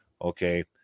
Okay